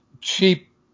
cheap